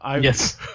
Yes